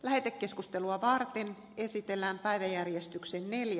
lähetekeskustelua varten esitellään päiväjärjestyksen eli